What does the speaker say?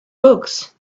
books